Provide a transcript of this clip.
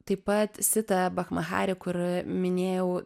taip pat sita bachmahari kur minėjau